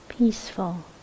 Peaceful